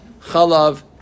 Chalav